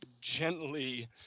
gently